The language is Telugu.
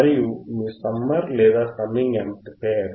ఇది మీ సమ్మర్ లేదా సమ్మింగ్ యాంప్లిఫైయర్